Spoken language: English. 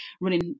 running